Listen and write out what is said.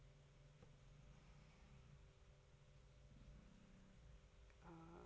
uh